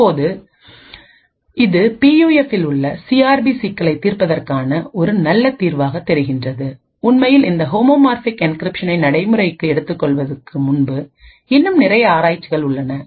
இப்போது இது பியூஎஃப்பில் உள்ள சிஆர்பி சிக்கலைத் தீர்ப்பதற்கான ஒரு நல்ல தீர்வாகத் தெரிகிறது உண்மையில் இந்த ஹோமோமார்பிக் என்கிரிப்ஷனை நடைமுறைக்கு எடுத்துக்கொள்வதற்கு முன்பு இன்னும் நிறைய ஆராய்ச்சிகள் உள்ளன